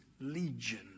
legion